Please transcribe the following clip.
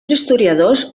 historiadors